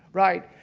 right?